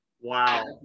Wow